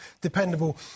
dependable